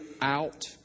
out